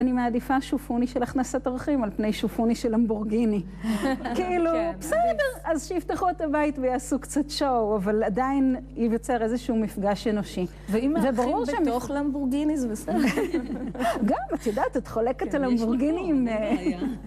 אני מעדיפה שופוני של הכנסת ערכים, על פני שופוני של למבורגיני. כאילו, בסדר, אז שיפתחו את הבית ויעשו קצת שואו, אבל עדיין ייוצר איזשהו מפגש אנושי. ואם האחים בתוך למבורגיני, זה בסדר. גם, את יודעת, את חולקת את הלמבורגיני עם...